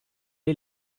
est